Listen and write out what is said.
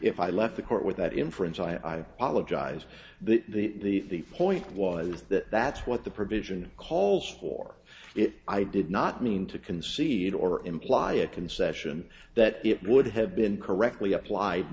if i left the court with that inference i apologize but the point was that that's what the provision calls for it i did not mean to concede or imply a concession that it would have been correctly applied